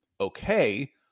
Okay